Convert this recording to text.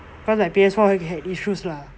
cause my P_S four had issues lah